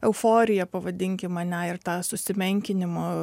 euforiją pavadinkim ane ir tą susimenkinimo